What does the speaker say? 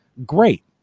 Great